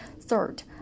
Third